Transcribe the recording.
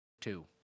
two